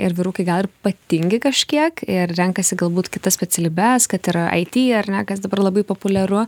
ir vyrukai gal ir patingi kažkiek ir renkasi galbūt kitas specialybes kad ir aiti ar ne kas dabar labai populiaru